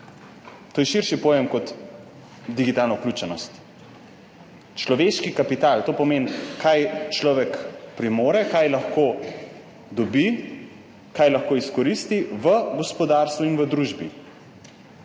to je širši pojem od digitalne vključenosti. Človeški kapital pomeni, kaj človek premore, kaj lahko dobi, kaj lahko izkoristi v gospodarstvu in v družbi.